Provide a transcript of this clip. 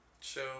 show